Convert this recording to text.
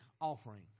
offering